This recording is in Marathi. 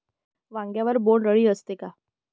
वांग्यावर बोंडअळी असते का?